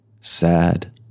sad